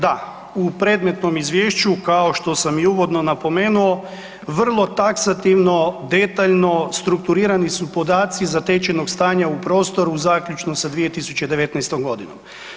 Da, u predmetnom izvješću kao što sam i uvodno napomenuo, vrlo taksativno, detaljno, strukturirani su podaci zatečenog stanja u prostoru zaključno sa 2019. godinom.